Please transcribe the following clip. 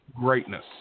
greatness